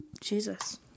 jesus